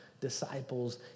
disciples